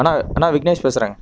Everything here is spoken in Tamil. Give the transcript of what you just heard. அண்ணா அண்ணா விக்னேஷ் பேசுகிறேங்க